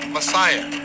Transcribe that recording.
Messiah